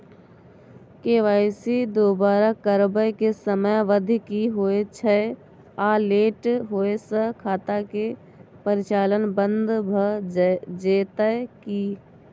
KYC दोबारा करबै के समयावधि की होय छै आ लेट होय स खाता के परिचालन बन्द भ जेतै की?